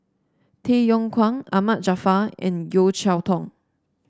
Tay Yong Kwang Ahmad Jaafar and Yeo Cheow Tong